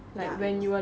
ya when